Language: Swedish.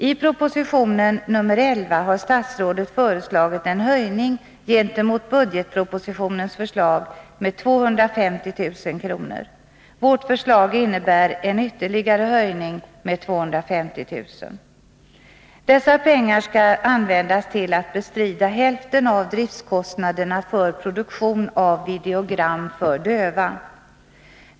I proposition nr 11 har statsrådet föreslagit en höjning gentemot budgetpropositionens förslag med 250 000 kr. Vårt förslag innebär en ytterligare höjning med 250 000 kr. Dessa pengar skall användas till att bestrida hälften av driftkostnaderna för produktion av videogram för döva.